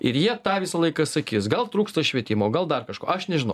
ir jie tą visą laiką sakys gal trūksta švietimo gal dar kažko aš nežinau